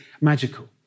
magical